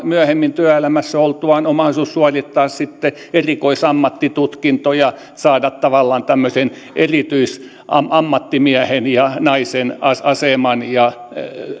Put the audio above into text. myöhemmin työelämässä oltuaan on mahdollisuus suorittaa erikoisammattitutkinto ja saada tavallaan tämmöinen erityisammattimiehen ja naisen asema ja